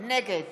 נגד